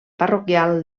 parroquial